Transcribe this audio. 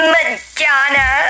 Madonna